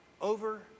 over